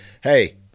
Hey